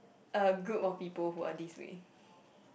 a group of people who are this way